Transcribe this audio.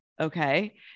Okay